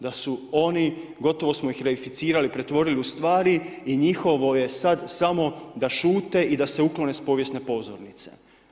Da su oni gotovo smo ih reificirali, pretvorili u stvari i njihovo je sad samo da šute i da se uklone s povijesne pozornice.